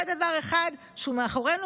זה דבר אחד שהוא מאחורינו.